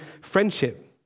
friendship